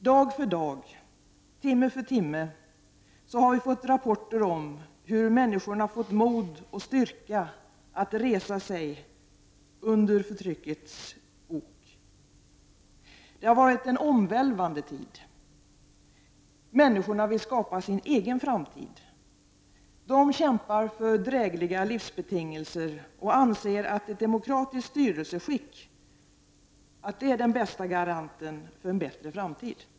Dag för dag, timme för timme, har vi fått rapporter om hur människorna fått mod och styrka att resa sig under förtryckets ok. Det har varit en omvälvande tid. Människorna vill skapa sin egen framtid. De kämpar för drägliga livsbetingelser och anser att ett demokratiskt styrelseskick är den bästa garanten för en bättre framtid.